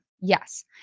Yes